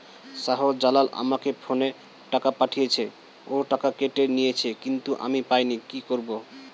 শাহ্জালাল আমাকে ফোনে টাকা পাঠিয়েছে, ওর টাকা কেটে নিয়েছে কিন্তু আমি পাইনি, কি করব?